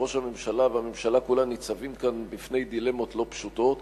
וראש הממשלה והממשלה כולה ניצבים כאן בפני דילמות לא פשוטות,